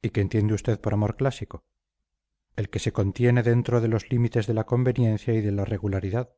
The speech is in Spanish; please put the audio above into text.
y qué entiende usted por amor clásico el que se contiene dentro de los límites de la conveniencia y de la regularidad